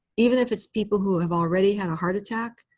even if it's people who have already had a heart attack,